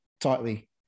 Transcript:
tightly